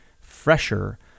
fresher